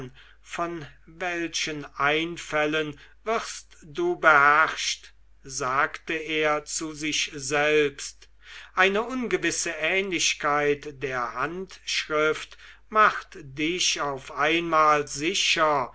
von welchen einfällen wirst du beherrscht sagte er zu sich selbst eine ungewisse ähnlichkeit der handschrift macht dich auf einmal sicher